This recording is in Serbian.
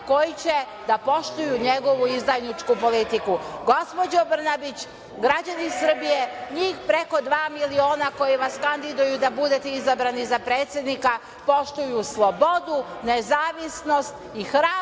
koji će da poštuju njegovu izdajničku politiku. Gospođo Brnabić, građani Srbije, njih preko dva miliona koji vas kandiduju da budete izabrani za predsednika, poštuju slobodu, nezavisnost i hrabrost